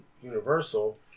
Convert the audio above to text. Universal